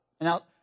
Now